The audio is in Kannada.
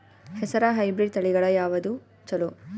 ಹೆಸರ ಹೈಬ್ರಿಡ್ ತಳಿಗಳ ಯಾವದು ಚಲೋ?